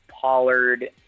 Pollard